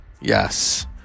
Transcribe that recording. Yes